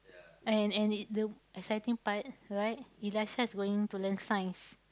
and and it the exciting part right Elisha is going to learn science